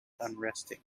unresting